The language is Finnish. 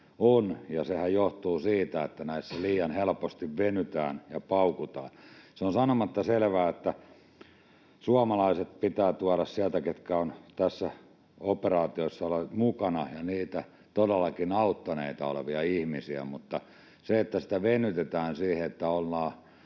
on, ja sehän johtuu siitä, että näissä liian helposti venytään ja paukutaan. Se on sanomatta selvää, että suomalaiset, ketkä ovat tässä operaatiossa olleet mukana, ja todellakin auttaneita ihmisiä pitää tuoda sieltä, mutta kun se venytetään siihen, että ollaan